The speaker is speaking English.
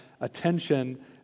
attention